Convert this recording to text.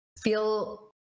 feel